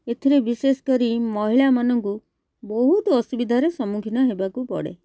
ଏଥିରେ ବିଶେଷ କରି ମହିଳାମାନଙ୍କୁ ବହୁତ ଅସୁବିଧାରେ ସମ୍ମୁଖୀନ ହେବାକୁ ପଡ଼େ